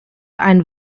ein